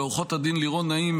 לעו"ד לירון נעים,